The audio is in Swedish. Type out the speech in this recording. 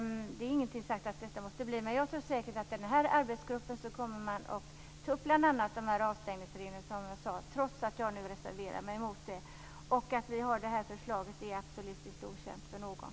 Det är ingenting som säger att det måste bli så här, men jag tror säkert att man i den här arbetsgruppen kommer att ta upp bl.a. de avstängningsregler som jag nämnde, trots att jag nu reserverar mig i det avseendet. Att vi har det här förslaget är absolut inte okänt för någon.